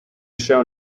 show